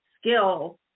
skill